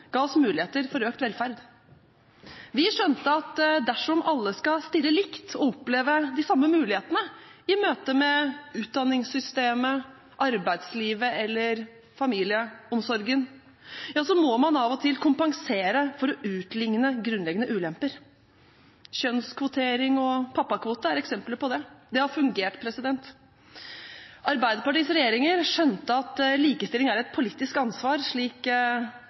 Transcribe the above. ga oss muligheter for økt velferd. Vi skjønte at dersom alle skal stille likt og oppleve de samme mulighetene i møte med utdanningssystemet, arbeidslivet eller familieomsorgen, må man av og til kompensere for å utligne grunnleggende ulemper. Kjønnskvotering og pappakvote er eksempler på det. Det har fungert. Arbeiderpartiets regjeringer skjønte at likestilling er et politisk ansvar, slik